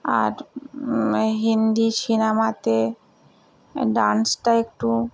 আর হিন্দি সিনেমাতে ডান্সটা একটু